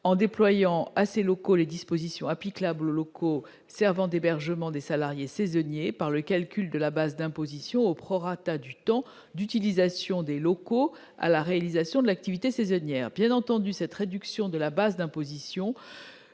d'étendre à ces locaux les dispositions applicables aux locaux servant à l'hébergement des salariés saisonniers, par le calcul de la base d'imposition au prorata du temps d'utilisation des locaux à la réalisation de l'activité saisonnière. Bien entendu, cette réduction de la base d'imposition